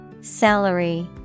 Salary